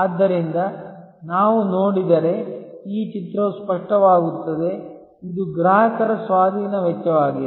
ಆದ್ದರಿಂದ ನಾವು ನೋಡಿದರೆ ಈ ಚಿತ್ರವು ಸ್ಪಷ್ಟವಾಗುತ್ತದೆ ಇದು ಗ್ರಾಹಕರ ಸ್ವಾಧೀನ ವೆಚ್ಚವಾಗಿದೆ